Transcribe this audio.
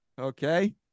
okay